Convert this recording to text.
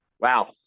Wow